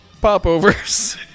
Popovers